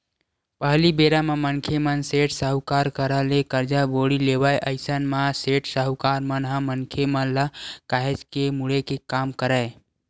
पहिली बेरा म मनखे मन सेठ, साहूकार करा ले करजा बोड़ी लेवय अइसन म सेठ, साहूकार मन ह मनखे मन ल काहेच के मुड़े के काम करय